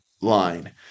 line